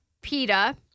PETA